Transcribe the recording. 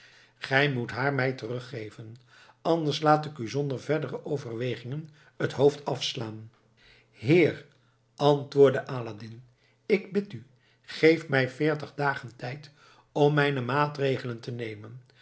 gij moet haar mij teruggeven anders laat ik u zonder verdere overwegingen het hoofd afslaan heer antwoordde aladdin ik bid u geef mij veertig dagen tijd om mijne maatregelen te nemen